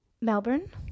Melbourne